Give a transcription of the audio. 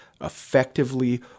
effectively